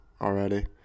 already